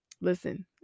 listen